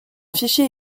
fichier